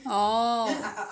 oo